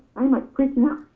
i'm like freaking out.